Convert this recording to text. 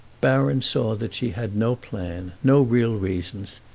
baron saw that she had no plan, no real reasons,